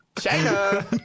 China